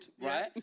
right